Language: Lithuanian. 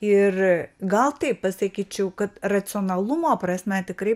ir gal taip pasakyčiau kad racionalumo prasme tikrai